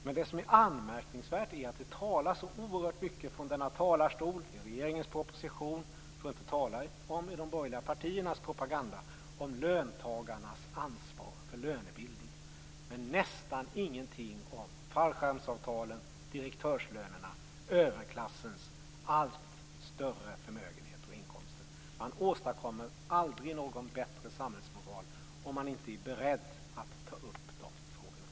Men det anmärkningsvärda är att det talas så oerhört mycket från denna talarstol och i regeringens proposition, för att inte tala om i de borgerliga partiernas propaganda, om löntagarnas ansvar för lönebildningen - men nästan ingenting om fallskärmsavtalen, direktörslönerna och överklassens allt större förmögenheter och inkomster. Man åstadkommer aldrig någon bättre samhällsmoral om man inte är beredd att ta upp de frågorna.